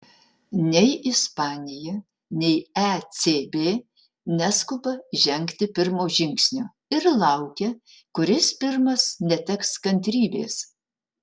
nei ispanija nei ecb neskuba žengti pirmo žingsnio ir laukia kuris pirmas neteks kantrybės